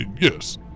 yes